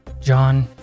John